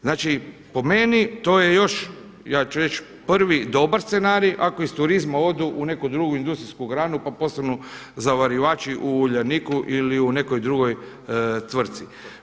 Znači, po meni to je još ja ću reći prvi dobar scenarij ako iz turizma odu u neku drugu industrijsku granu, pa postanu zavarivači u Uljaniku ili nekoj drugoj tvrtki.